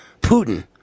Putin